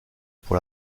pour